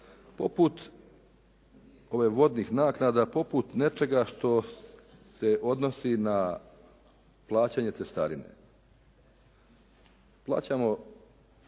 poput vodnih naknada, poput nečega što se odnosi na plaćanje cestarine. Plaćamo